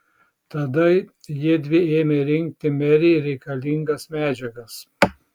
tada jiedvi ėmė rinkti merei reikalingas medžiagas